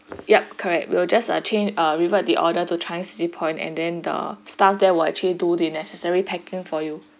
yup correct we'll just change err revert the order to changi city point and then the staff there will actually do the necessary packing for you